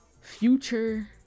future